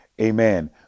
amen